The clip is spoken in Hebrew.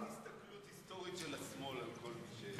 הסתכלות היסטורית של השמאל על כל מי,